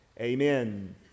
Amen